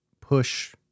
push